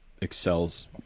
excels